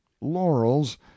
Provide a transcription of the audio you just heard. laurels